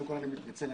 אני מתנצל,